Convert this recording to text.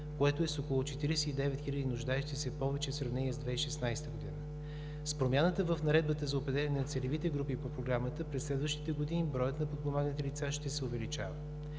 което е с около 49 хиляди нуждаещи се повече, в сравнение с 2016 г. С промяната в Наредбата за определяне на целевите групи по Програмата през следващите години броят на подпомаганите лица ще се увеличава.